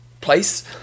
place